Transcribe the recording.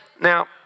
Now